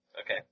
okay